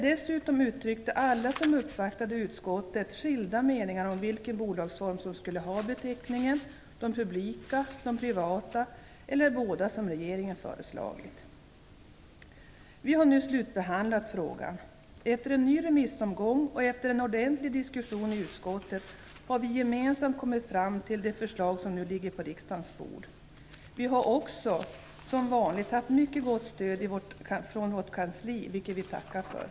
Dessutom uttryckte alla som uppvaktade utskottet skilda meningar om vilken bolagsform som skulle ha beteckningen, de publika, de privata eller båda, som regeringen föreslagit. Vi har nu slutbehandlat frågan. Efter en ny remissomgång och efter en ordentlig diskussion i utskottet har vi gemensamt kommit fram till det förslag som nu ligger på riksdagens bord. Vi har också, som vanligt, haft ett mycket gott stöd från vårt kansli, vilket vi tackar för.